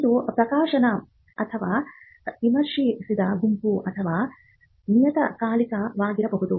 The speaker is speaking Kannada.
ಇದು ಪ್ರಕಾಶನ ಅಥವಾ ವಿಮರ್ಶಿಸಿದ ಗುಂಪು ಅಥವಾ ನಿಯತಕಾಲಿಕವಾಗಿರಬಹುದು